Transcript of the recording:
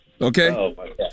Okay